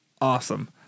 Awesome